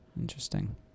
Interesting